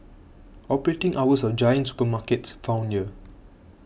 operating hours of Giant supermarkets found here